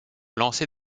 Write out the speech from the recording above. lancer